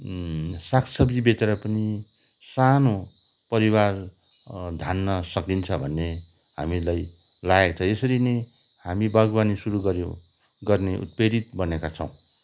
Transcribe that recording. सागसब्जी बेचेर पनि सानो परिवार धान्न सकिन्छ भन्ने हामीलाई लागेको छ यसेरी नै हामी बागवानी सुरु गर्यौँ गर्ने उत्प्रेरित बनेका छौँ